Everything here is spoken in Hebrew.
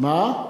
מה?